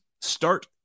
start